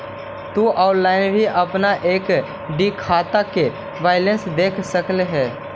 तु ऑनलाइन भी अपन एफ.डी खाता के बैलेंस देख सकऽ हे